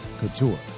couture